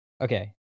Okay